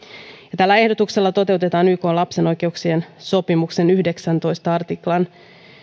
tällä ehdotuksella toteutetaan ykn lapsen oikeuksien sopimuksen yhdeksännentoista artiklan